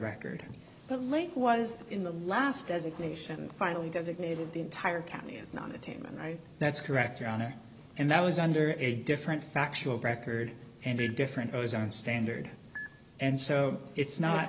record the link was in the last designation finally designated the entire county is not a team and i that's correct your honor and that was under a different factual record and a different standard and so it's not